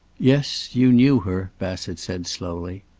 yes. you knew her, bassett said slowly.